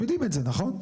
אתם יודעים את זה, נכון?